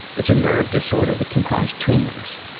it's a nerve disorder that can cause tumors.